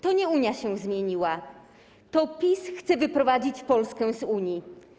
To nie Unia się zmieniła, to PiS chce wyprowadzić Polskę z Unii.